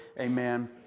Amen